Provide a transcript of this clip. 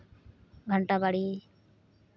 ᱜᱷᱟᱱᱴᱟ ᱵᱟᱲᱤ